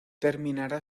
terminará